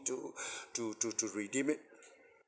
to to to to redeem it